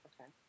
Okay